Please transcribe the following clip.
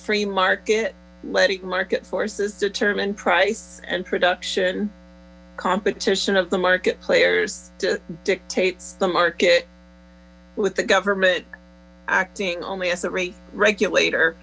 free market letting market forces determine price and production competition of the market players dictates the market with the government acting only as a rate regulator